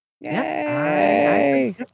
Yay